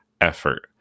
effort